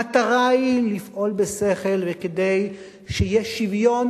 המטרה היא לפעול בשכל, כדי שיהיה שוויון